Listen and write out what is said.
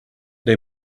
they